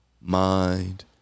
mind